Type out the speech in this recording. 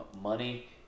money